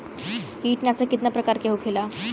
कीटनाशक कितना प्रकार के होखेला?